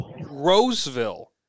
Roseville